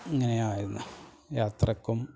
ഇങ്ങനെയായിരുന്നു യാത്രക്കും